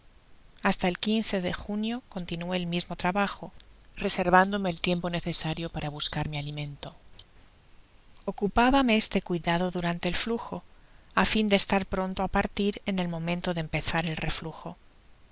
hasta el de junio continuó el mismo trabajo reservándome el tiempo necesario para buscar mi alimento ocupábame este cuidado durante el flujo á fin de estar pronto á partir en el momento de empezar el reflujo